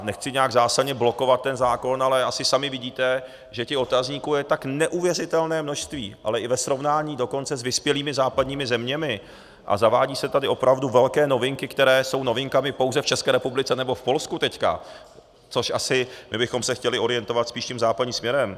Nechci nějak zásadně blokovat zákon, ale asi sami vidíte, že těch otazníků je tak neuvěřitelné množství i ve srovnání dokonce s vyspělými západními zeměmi, zavádějí se tady opravdu velké novinky, které jsou novinkami pouze v České republice nebo teď v Polsku, což bychom se asi chtěli orientovat spíše západním směrem.